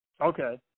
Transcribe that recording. Okay